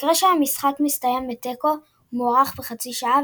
במקרה שהמשחק מסתיים בתיקו הוא מוארך בחצי שעה,